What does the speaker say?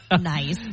Nice